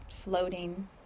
floating